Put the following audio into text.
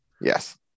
Yes